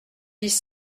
dix